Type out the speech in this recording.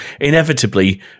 inevitably